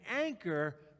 anchor